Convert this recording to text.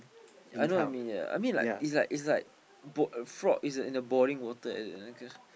I know what you mean yea I mean like is like is like bo~ frog is in a boiling water like that